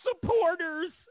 supporters